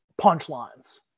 punchlines